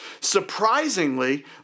Surprisingly